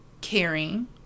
caring